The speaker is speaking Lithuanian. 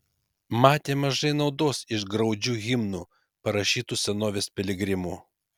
matė maža naudos iš graudžių himnų parašytų senovės piligrimų